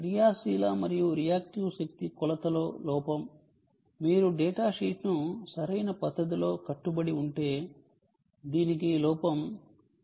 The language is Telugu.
క్రియాశీల మరియు రియాక్టివ్ శక్తి కొలతలో లోపం మీరు డేటాషీట్ను సరైన పద్ధతిలో కట్టుబడి ఉంటే దీనికి లోపం 0